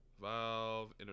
Valve